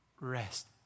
Rest